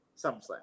SummerSlam